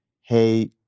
hey